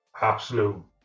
Absolute